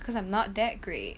cause I'm not that great